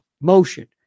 motion